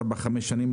ארבע חמש שנים,